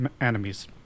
enemies